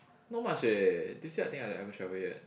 not much eh this year I think I I haven't travel yet